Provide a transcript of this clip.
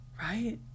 right